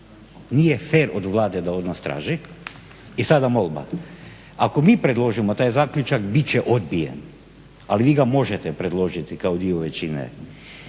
nije fer od Vlade da od nas traži. I sada molba, ako mi predložimo taj zaključak bit će odbijen, ali vi ga možete predložiti kao dio većine,